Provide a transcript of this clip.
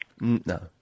no